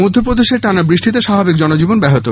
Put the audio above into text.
মধ্য প্রদেশে টানা বৃষ্টিতে স্বাভাবিক জনজীবন ব্যহত